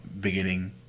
beginning